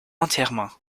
entièrement